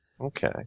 Okay